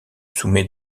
soumet